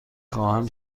خواهم